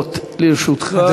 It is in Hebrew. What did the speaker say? דקות לרשותך.